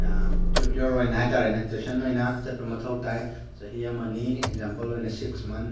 tutorial ꯑꯣꯏꯅ ꯍꯥꯏꯇꯥꯔꯦꯅꯦ tuition ꯑꯣꯏꯅ ꯆꯠꯄ ꯃꯊꯧ ꯇꯥꯏ ꯆꯍꯤ ꯑꯃꯅꯤ ꯑꯦꯛꯖꯥꯝꯄꯜ ꯑꯣꯏꯅ ꯁꯤꯛꯁ ꯃꯟꯠ